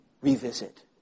revisit